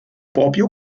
proprio